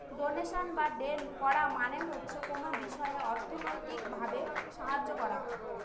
donation বা দেন করা মানে হচ্ছে কোনো বিষয়ে অর্থনৈতিক ভাবে সাহায্য করা